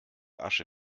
asche